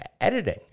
editing